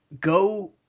go